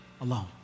alone